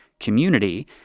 Community